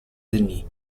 denis